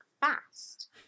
fast